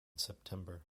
september